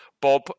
Bob